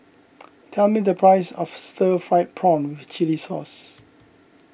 tell me the price of Stir Fried Prawn with Chili Sauce